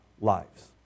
lives